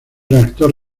reactor